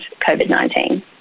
COVID-19